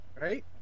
right